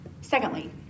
Secondly